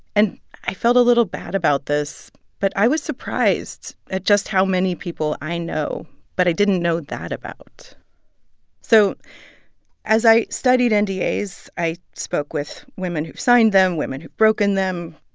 and i felt a little bad about this, but i was surprised at just how many people i know but i didn't know that about so as i studied and nda's, i spoke with women who've signed them, women who'd broken them,